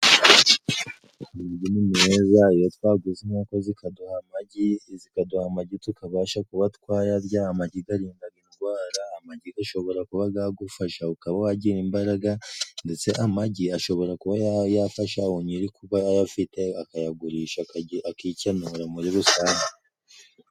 Amagi ni meza iyo twaguze inkoko zikaduha amagi, zikaduha amagi tukabasha kuba twayarya, amagi garindaga indwara amagi gashobora kuba gagufasha ukaba wagira imbaraga, ndetse amagi ashobora kuba yafasha uwo nyiri kuba ayafite akayagurisha akikenura muri rusange.